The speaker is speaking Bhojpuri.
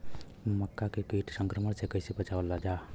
मक्का के कीट संक्रमण से कइसे बचावल जा?